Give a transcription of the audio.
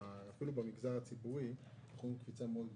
אפילו במגזר הציבורי בגיוסים אנחנו רואים קפיצה מאוד גדולה.